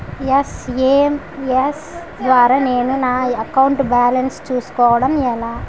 SMS ద్వారా నేను నా అకౌంట్ బాలన్స్ చూసుకోవడం ఎలా?